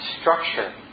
structure